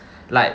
like